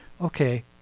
Okay